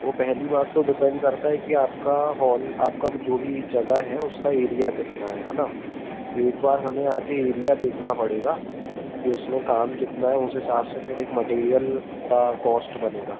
वो पहली बात तो डिपेंड करता है कि आपका हाॅल आपका जो भी जगह है उसका एरिया कितना है है ना तो एक बार हमें आ कर एरिया देखना पड़ेगा कि उसमें काम कितना है उस हिसाब से फिर एक मटेरियल का कॉस्ट बनेगा